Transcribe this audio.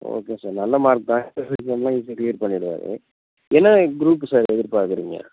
okay sir நல்ல mark தான் entrance எக்ஸாம்லாம் ஈஸியாக க்ளியர் பண்ணிடுவார் என்ன குரூப்பு சார் எதிர்பார்க்குறீங்க